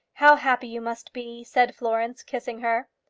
how happy you must be, said florence, kissing her.